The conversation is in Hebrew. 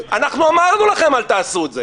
אנחנו אמרנו לכם אל תעשו את זה.